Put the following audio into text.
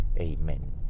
amen